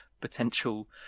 potential